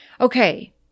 Okay